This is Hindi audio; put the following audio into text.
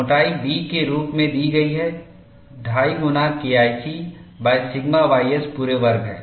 मोटाई B के रूप में दी गई है 25 गुना KIC सिग्मा ys पूरे वर्ग है